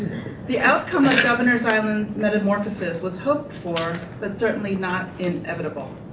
the outcome of governor's island's metamorphosis was hoped for but certainly not inevitable.